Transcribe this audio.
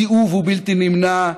הסיאוב הוא בלתי נמנע.